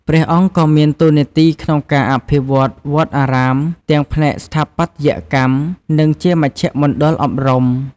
ព្រះអង្គក៏មានតួនាទីក្នុងការអភិវឌ្ឍវត្តអារាមទាំងផ្នែកស្ថាបត្យកម្ម និងជាមជ្ឈមណ្ឌលអប់រំ។